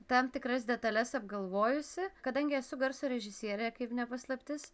tam tikras detales apgalvojusi kadangi esu garso režisierė kaip ne paslaptis